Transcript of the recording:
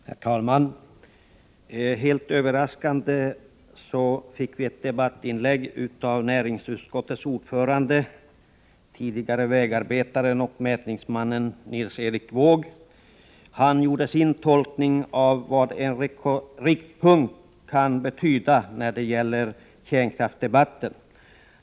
Herr talman! Helt överraskande fick vi ett debattinlägg av näringsutskottets ordförande, tidigare vägarbetaren och mätningsmannen Nils Erik Wååg. Han gjorde sin tolkning av vad en riktpunkt kan betyda när det gäller kärnkraftsdebatten.